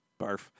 Barf